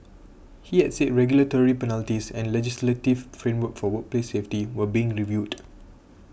he had said regulatory penalties and legislative framework for workplace safety were being reviewed